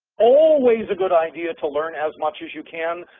always a good idea to learn as much as you can,